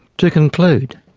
to conclude,